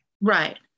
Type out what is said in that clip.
right